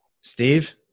Steve